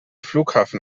flughafen